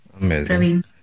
Amazing